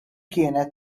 kienet